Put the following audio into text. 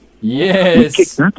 Yes